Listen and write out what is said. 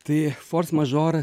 tai fors mažor